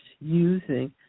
using